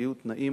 יהיו תנאים